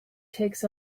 takes